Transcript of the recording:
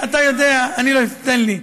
אתה יודע, תן לי.